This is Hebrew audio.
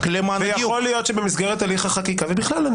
יכול להיות שבמסגרת הליך החקיקה ובכלל אני